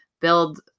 build